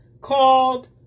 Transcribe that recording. called